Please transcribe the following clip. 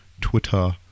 Twitter